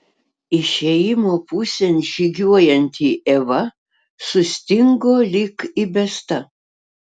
išėjimo pusėn žygiuojanti eva sustingo lyg įbesta